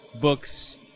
books